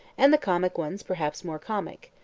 and the comic ones perhaps more comic,